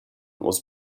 was